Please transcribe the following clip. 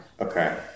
Okay